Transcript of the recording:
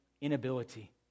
inability